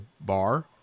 bar